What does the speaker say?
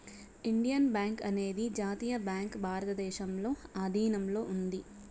Indian bank అనేది జాతీయ bank భారతదేశంలో ఆధీనంలో ఉంది